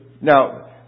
Now